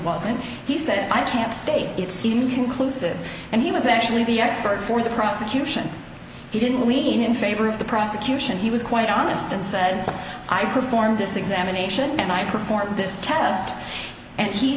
wasn't he said i can't state it's inconclusive and he was actually the expert for the prosecution he didn't really mean in favor of the prosecution he was quite honest and said i performed this examination and i performed this test and he